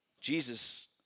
Jesus